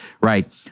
right